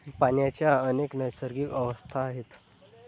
पाण्याच्या अनेक नैसर्गिक अवस्था आहेत